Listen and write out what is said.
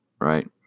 right